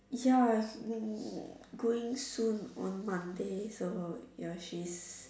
ya hmm going soon on Monday so ya she's